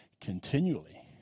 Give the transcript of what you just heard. continually